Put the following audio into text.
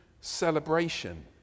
celebration